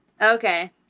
Okay